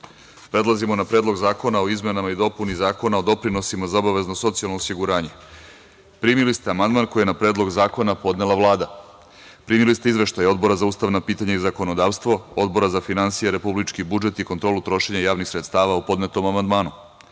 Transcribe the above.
zakona. Prelazimo na Predlog zakona o izmenama i dopuni Zakona o doprinosima za obavezno socijalno osiguranje. Primili ste amandman koji je na Predlog zakona podnela Vlada. Primili ste izveštaj Odbora za ustavna pitanja i zakonodavstvo, Odbora za finansije, republički budžet i kontrolu trošenja javnih sredstava u podnetom amandmanu. Pošto